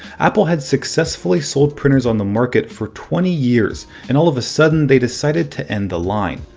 apple had successfully sold printers on the market for twenty years and all of a sudden they decided to end the line.